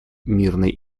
мирной